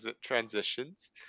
transitions